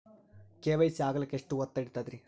KYC ಆಗಲಕ್ಕ ಎಷ್ಟ ಹೊತ್ತ ಹಿಡತದ್ರಿ?